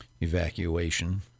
evacuation